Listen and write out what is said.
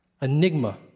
Enigma